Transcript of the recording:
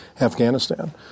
Afghanistan